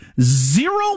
zero